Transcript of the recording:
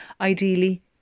ideally